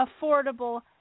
affordable